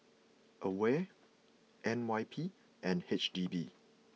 Aware N Y P and H D B